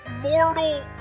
mortal